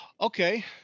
okay